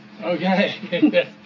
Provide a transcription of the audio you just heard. Okay